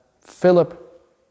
Philip